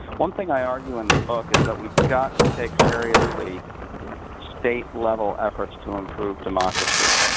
one thing i argue in the book is that we've got to take seriously state-level efforts to improve democracy.